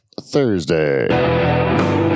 Thursday